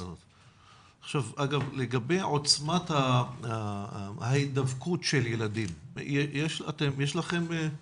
לגבי עוצמת ההידבקות של ילדים, יש לכם תמונה?